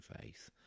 faith